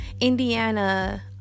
Indiana